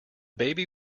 baby